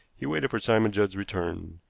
he waited for simon judd's return,